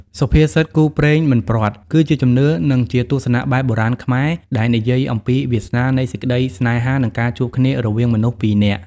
សុភាសិត «គូព្រេងមិនព្រាត់» គឺជាជំនឿ និងជាទស្សនៈបែបបុរាណខ្មែរ ដែលនិយាយអំពីវាសនានៃសេចក្ដីស្នេហា និងការជួបគ្នារវាងមនុស្សពីរនាក់។